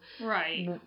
Right